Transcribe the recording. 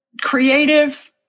creative